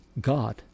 God